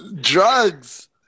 Drugs